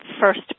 first